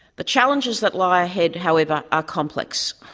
the challenges that lie ahead, however, are complex.